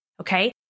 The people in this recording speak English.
Okay